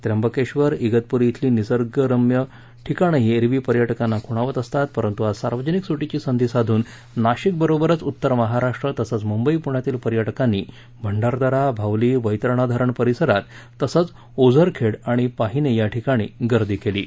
त्र्यंबकेश्वर इगतपूरी इथली निसर्ग एरवीही पर्यटकांना खुणावत असते परंतू आज सार्वजनिक सुटीची संधी साधून नाशिक बरोबरच उत्तर महाराष्ट्र तसच मुंबई पुण्यातील पर्यटकांनी भंडारदरा भावली वस्तिणा धरण परिसरात तसेच ओझरखेड आणि पाहिने या ठिकाणी गर्दी झाली आहे